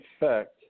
effect